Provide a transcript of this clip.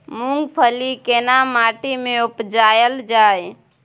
मूंगफली केना माटी में उपजायल जाय?